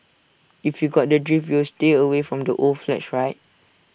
if you got the drift you will stay away from old flats right